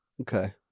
Okay